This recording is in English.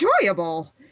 enjoyable